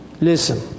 listen